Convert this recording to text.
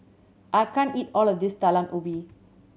I can't eat all of this Talam Ubi